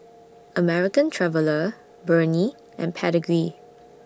American Traveller Burnie and Pedigree